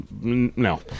No